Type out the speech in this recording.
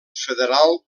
federal